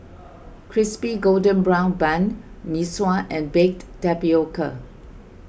Crispy Golden Brown Bun Mee Kuah and Baked Tapioca